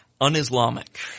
un-Islamic